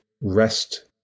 rest